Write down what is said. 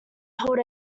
held